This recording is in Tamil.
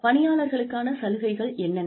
பணியாளருக்கான சலுகைகள் என்னென்ன